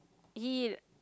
he